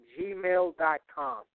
gmail.com